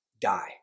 die